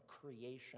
creation